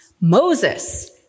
Moses